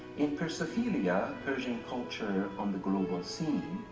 in persophilia persian culture on the global scene,